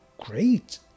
great